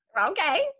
Okay